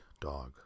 dog